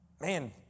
Man